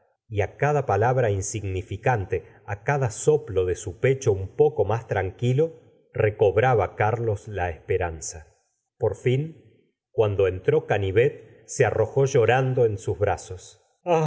á cada palabra insignificante á cada soplo de su pecho un poco más tranquilo reeobraba carlos la esperanza por fin cuando entró canivet se arrojó llorando en sus brazos